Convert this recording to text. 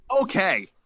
Okay